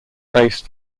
based